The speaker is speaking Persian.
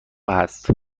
هست